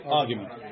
argument